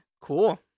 Cool